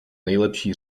nejlepší